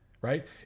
Right